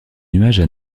nuages